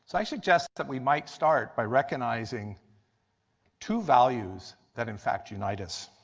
so i suggest that we might start by recognizing two values that in fact unite us.